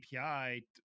API